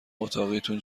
اتاقیتون